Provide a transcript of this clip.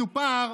מסופר,